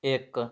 ਇੱਕ